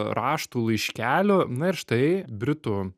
raštų laiškelių na ir štai britų